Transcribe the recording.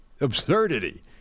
absurdity